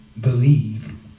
believe